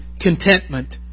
contentment